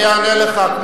אני אענה לך.